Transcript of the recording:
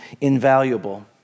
invaluable